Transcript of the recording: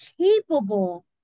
capable